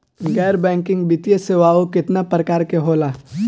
गैर बैंकिंग वित्तीय सेवाओं केतना प्रकार के होला?